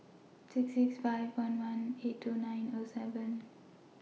six six five one one eight two nine O seven